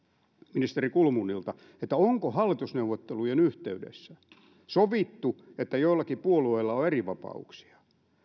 ministeri kulmunilta onko hallitusneuvottelujen yhteydessä sovittu että joillakin puolueilla on erivapauksia